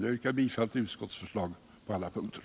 Jag yrkar bifall till utskottets förslag på alla punkter.